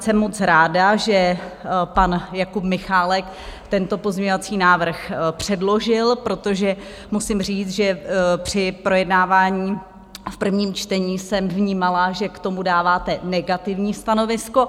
Jsem moc ráda, že pan Jakub Michálek tento pozměňovací návrh předložil, protože musím říct, že při projednávání v prvním čtení jsem vnímala, že k tomu dáváte negativní stanovisko.